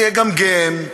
ויגמגם,